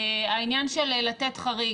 העניין של לתת חריג,